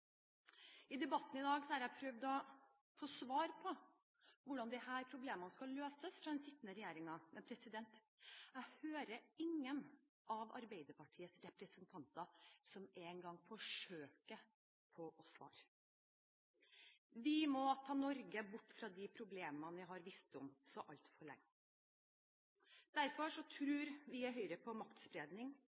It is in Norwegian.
I debatten i dag har jeg prøvd å få svar på hvordan disse problemene skal løses fra den sittende regjeringen, men jeg hører ingen av Arbeiderpartiets representanter som engang forsøker på å svare. Vi må ta Norge bort fra de problemene vi har visst om så altfor lenge. Derfor tror vi i Høyre på en maktspredning.